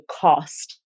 cost